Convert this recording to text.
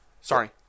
Sorry